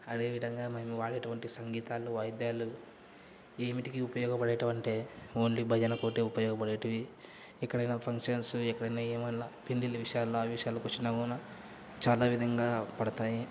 అదేవిధంగా మేము వాడేటువంటి సంగీతాలు వాయిద్యాలు ఏమిటికి ఉపయోగపడేవి అంటే ఓన్లీ భజనతోనే ఉపయోగపడేవి ఎక్కడైనా ఫంక్షన్స్ ఎక్కడైనా ఏవైనా పెళ్ళిళ్ళ విషయాలు ఆ విషయాలకు వచ్చినా కూడా చాలా విధంగా పడతాయి